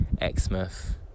Exmouth